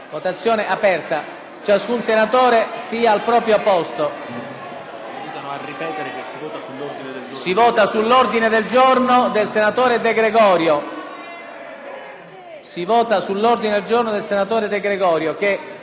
Si vota sull'ordine del giorno del senatore De Gregorio che reca conclusioni difformi da quelle della Giunta. Lo ribadisco.